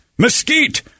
Mesquite